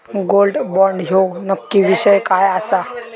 Gold bond ह्यो नक्की विषय काय आसा?